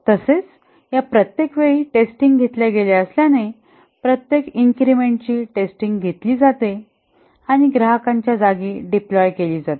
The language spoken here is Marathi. तसेच या प्रत्येक वेळी टेस्टिंग घेतल्या गेल्या असल्याने प्रत्येक इन्क्रिमेंटची टेस्टिंग घेतली जाते आणि ग्राहकांच्या जागी डिप्लॉय केली जाते